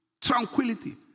Tranquility